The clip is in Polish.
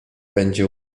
będzie